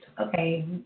Okay